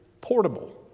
portable